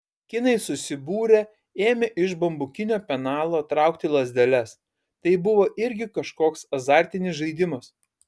kinai susibūrę ėmė iš bambukinio penalo traukti lazdeles tai buvo irgi kažkoks azartinis žaidimas